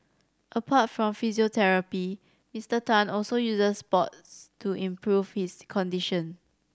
apart from physiotherapy Mister Tan also uses sports to improve his condition